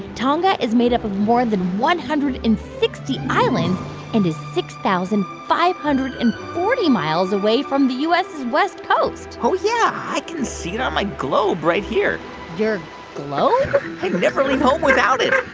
tonga is made up of more than one hundred and sixty islands and is six thousand five hundred and forty miles away from the u s. west coast oh, yeah. i can see it on my globe right here your globe? i never leave home without it